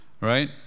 Right